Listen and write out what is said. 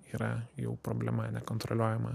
yra jau problema nekontroliuojama